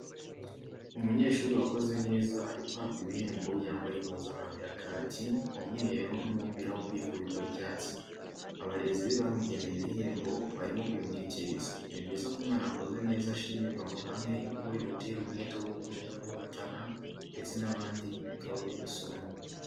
Umunyeshuri wakoze neza ari guhabwa ibihembo yambaye impuzankano ya kaki, umweru n'umupira wo kwifubika w'icyatsi, abarezi be bamugeneye ibihembo barimo kubimushyikiriza, ni byiza ko umwana wakoze neza ashimirwa mu ruhame kuko bimutera umwete wo gukomeza guhatana ndetse n'abandi bikababera isomo.